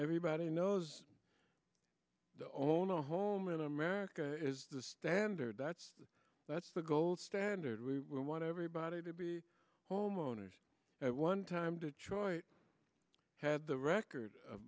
everybody knows to own a home in america is the standard that's that's the gold standard we want everybody to be homeowners at one time to choice had the record of